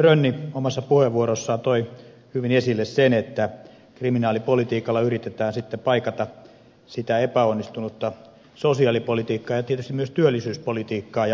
rönni omassa puheenvuorossaan toi hyvin esille sen että kriminaalipolitiikalla yritetään sitten paikata sitä epäonnistunutta sosiaalipolitiikkaa ja tietysti myös työllisyyspolitiikkaa